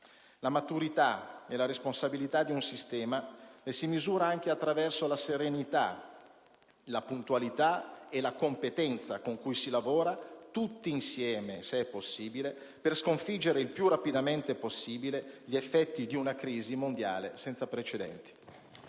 La maturità e la responsabilità di un sistema si misurano anche attraverso la serenità, la puntualità e la competenza con cui si lavora tutti insieme, se possibile, per sconfiggere il più rapidamente possibile gli effetti di una crisi mondiale senza precedenti.